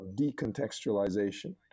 decontextualization